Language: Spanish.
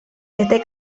este